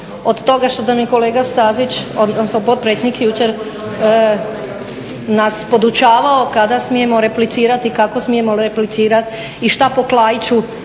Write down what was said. od toga što mi kolega Stazić odnosno potpredsjednik jučer nas podučavao kada smijemo replicirati i kako smijemo replicirati i šta po Klaiću